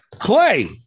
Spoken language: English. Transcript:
Clay